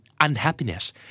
unhappiness